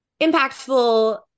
impactful